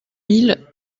mille